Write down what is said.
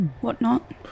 whatnot